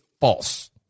false